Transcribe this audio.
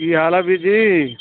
ਕੀ ਹਾਲ ਆ ਵੀਰ ਜੀ